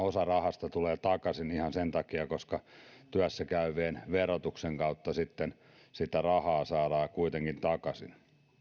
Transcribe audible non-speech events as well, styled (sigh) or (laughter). (unintelligible) osa rahasta tulee takaisin ihan sen takia että työssäkäyvien verotuksen kautta sitten rahaa saadaan kuitenkin takaisin